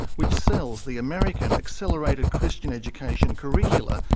which sells the american accelerated christian education curricula,